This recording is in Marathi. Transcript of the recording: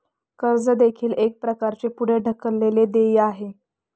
कर्ज देखील एक प्रकारचे पुढे ढकललेले देय आहे